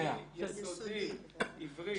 לממלכתי יסודי-עברי.